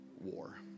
war